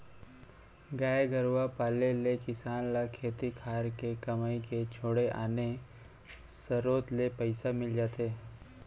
गाय गरूवा पाले ले किसान ल खेती खार के कमई के छोड़े आने सरोत ले पइसा मिल जाथे